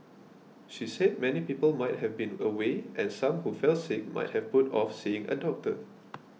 she said many people might have been away and some who fell sick might have put off seeing a doctor